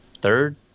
third